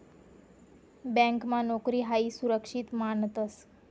ब्यांकमा नोकरी हायी सुरक्षित मानतंस